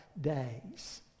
days